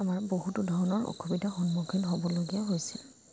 আমাৰ বহুতো ধৰণৰ অসুবিধাৰ সন্মুখীন হ'বলগীয়া হৈছিল